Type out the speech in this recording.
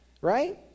Right